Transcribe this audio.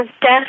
death